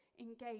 engage